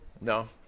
No